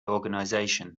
organization